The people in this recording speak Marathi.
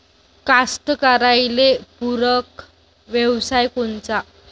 कास्तकाराइले पूरक व्यवसाय कोनचा?